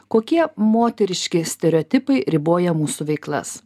kokie moteriški stereotipai riboja mūsų veiklas